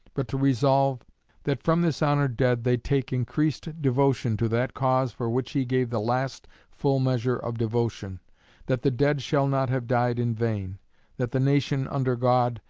but to resolve that from this honored dead they take increased devotion to that cause for which he gave the last full measure of devotion that the dead shall not have died in vain that the nation, under god,